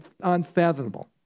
unfathomable